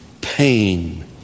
pain